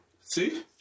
See